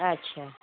আচ্ছা